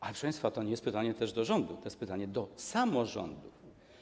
Ale proszę państwa, to nie jest pytanie też do rządu, to jest pytanie do samorządu.